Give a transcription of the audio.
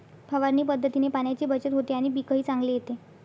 फवारणी पद्धतीने पाण्याची बचत होते आणि पीकही चांगले येते